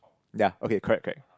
yea okay correct correct